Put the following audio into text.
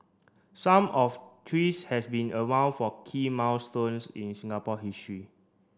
some of trees has been around for key milestones in Singapore history